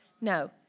No